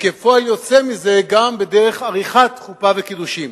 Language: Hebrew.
וכפועל יוצא מזה, גם בדרך עריכת חופה וקידושין.